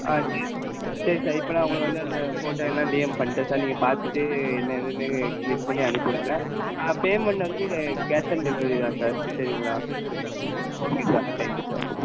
ஆ சரி சரி சார் இப்போ நான் உங்களுக்கு வந்து அந்த ஃபோட்டோ இதெல்லாம் டிஎம் பண்ணிட்டேன் சார் நீங்கள் பார்த்துட்டு என்ன இதுன்னு க்ளிக் பண்ணி அனுப்பிவிடுங்க பேமண்ட் வந்து கேஷ் ஆன் டெலிவரி தான் சார் சரிங்களா okay sir thank you sir